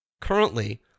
Currently